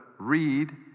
Read